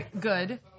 Good